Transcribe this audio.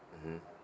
mmhmm